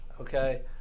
okay